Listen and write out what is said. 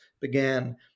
began